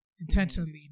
intentionally